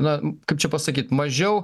na kaip čia pasakyt mažiau